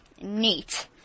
neat